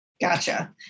Gotcha